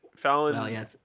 Fallon